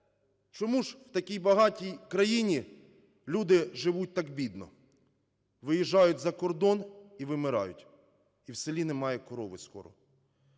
Чому ж в такій багатій країні люди живуть так бідно, виїжджають за кордон і вимирають, і в селі не буде корови скоро?